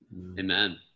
amen